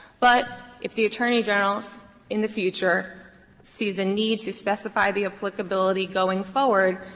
but if the attorney general in the future sees a need to specify the applicability going forward,